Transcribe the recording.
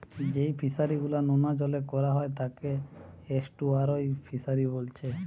যেই ফিশারি গুলা নোনা জলে কোরা হয় তাকে এস্টুয়ারই ফিসারী বোলছে